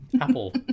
apple